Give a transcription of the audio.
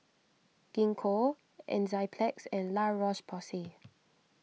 Gingko Enzyplex and La Roche Porsay